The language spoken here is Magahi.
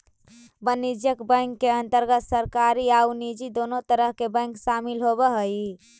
वाणिज्यिक बैंकिंग के अंतर्गत सरकारी आउ निजी दुनों तरह के बैंक शामिल होवऽ हइ